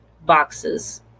boxes